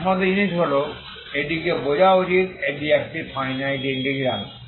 একমাত্র জিনিস হল এটিকে বোঝা উচিত এটি একটি ফাইনাইট ইন্টিগ্রাল